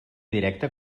directa